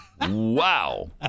Wow